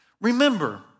Remember